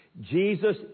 Jesus